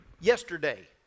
yesterday